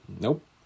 nope